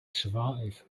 survive